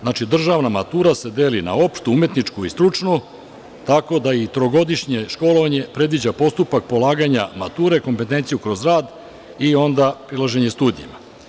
Znači, državna matura se deli na opštu, umetničku i stručnu, tako da i trogodišnje školovanje predviđa postupak polaganja mature, kompetenciju kroz rad i onda prilaženje studijima.